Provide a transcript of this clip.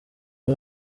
aho